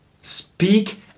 speak